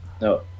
No